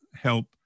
help